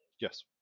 Yes